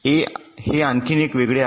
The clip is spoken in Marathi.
ए हे आणखी एक वेगळे आहे